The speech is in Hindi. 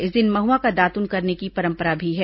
इस दिन महुआ का दातून करने की परंपरा भी है